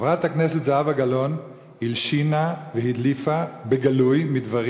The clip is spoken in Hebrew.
חברת הכנסת זהבה גלאון הלשינה והדליפה בגלוי מדברים